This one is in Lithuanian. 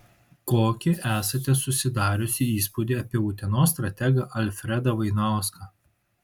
kokį esate susidariusi įspūdį apie utenos strategą alfredą vainauską